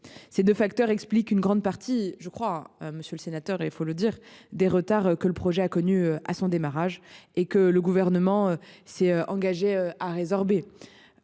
ces 2 facteurs expliquent une grande partie je crois monsieur le sénateur, et il faut le dire. Des retards que le projet a connu à son démarrage et que le gouvernement s'est engagé à résorber.